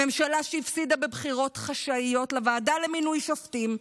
ממשלה שהפסידה בבחירות חשאיות לוועדה למינוי שופטים,